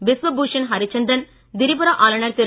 பிஸ்வபூஷன் ஹரிசந்தன் திரிபுரா ஆளுநர் திரு